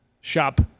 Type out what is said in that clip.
shop